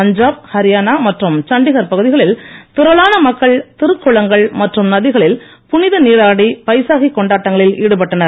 பஞ்சாப் அரியானா மற்றும் சண்டிக்கார் பகுதிகளில் திரளான மக்கள் திருக்குளங்கள் மற்றும் நதிகளில் புனித நீராடி பைசாகி கொண்டாட்டங்களில் ஈடுபட்டனர்